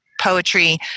poetry